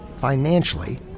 financially